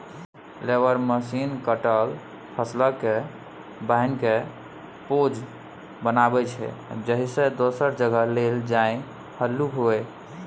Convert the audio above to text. baler machine कटल फसलकेँ बान्हिकेँ पॉज बनाबै छै जाहिसँ दोसर जगह लए जेनाइ हल्लुक होइ